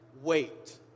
wait